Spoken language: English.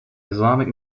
islamic